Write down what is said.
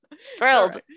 thrilled